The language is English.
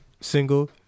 Single